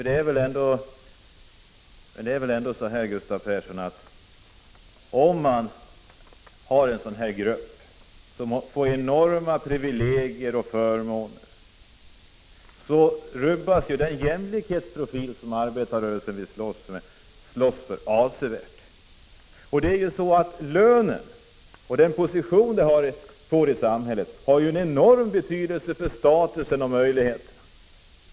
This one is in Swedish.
Det är väl ändå så, Gustav Persson, att om en grupp får enorma förmåner och privilegier, så rubbas den jämlikhetsprofil som arbetarrörelsen vill slåss för avsevärt. Och lönen har enorm betydelse för statusen och den position man intar i samhället.